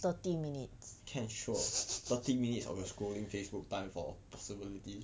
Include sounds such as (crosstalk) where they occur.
thirty minutes (laughs)